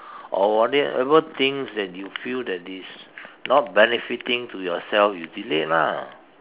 or whatever things that you feel that is not benefiting to yourself you delete lah